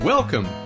Welcome